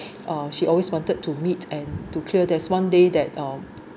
uh she always wanted to meet and to clear there's one day that um